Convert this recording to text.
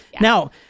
Now